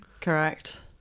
Correct